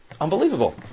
Unbelievable